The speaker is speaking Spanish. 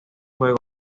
juego